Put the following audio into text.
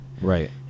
right